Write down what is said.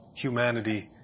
humanity